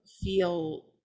feel